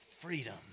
freedom